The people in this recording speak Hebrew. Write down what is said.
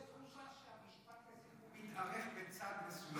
יש לי תחושה שהמשפט הזה מתארך בצד מסוים.